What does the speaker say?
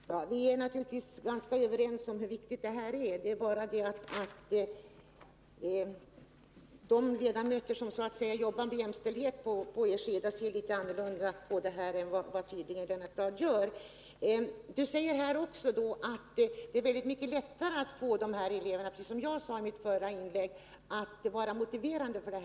Herr talman! Vi är naturligtvis ganska överens om hur viktiga dessa frågor är. Skillnaden är bara den att de ledamöter som jobbar med jämställdhet ser litet annorlunda på detta än vad Lennart Bladh tydligen gör. Lennart Bladh säger vidare att det är väldigt mycket lättare att få eleverna motiverade för denna undervisning, något som också jag tog upp i mitt föregående inlägg.